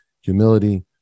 humility